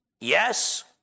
Yes